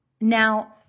now